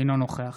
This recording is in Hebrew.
אינו נוכח